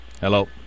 Hello